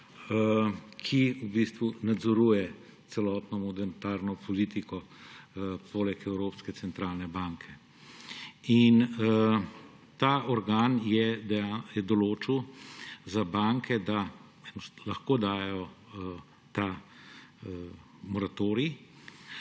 ki nadzoruje celotno monetarno politiko poleg Evropske centralne banke. Ta organ je določil za banke, da lahko dajejo moratorij